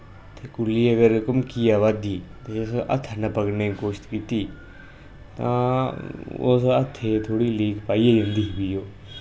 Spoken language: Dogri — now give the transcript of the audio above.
ते गुल्ली अगर घुमकियै आवा दी ते असें हत्थैं ने पकड़ने कोशट कीती तां होई सकदा हत्थें लीक पाईयै जंदी ही फ्ही ओह्